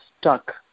stuck